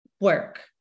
work